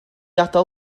adael